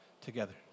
together